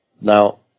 Now